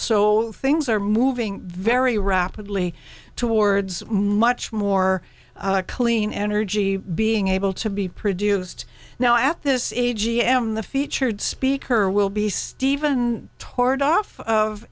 so things are moving very rapidly towards much more clean energy being able to be produced now at this is a g m the featured speaker will be steven toward off of